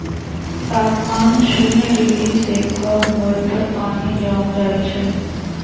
तापमान शुन्य डिग्री से कम होय पर पानी जम जाइ छइ